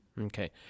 Okay